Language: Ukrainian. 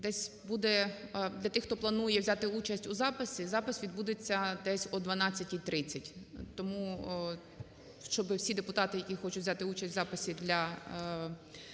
Десь буде для тих, хто планує взяти участь у записі, запис відбудеться десь о 12:30. Тому щоб всі депутати, які хочуть взяти участь в записі для